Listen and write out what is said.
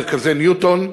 מרכזי ניוטון.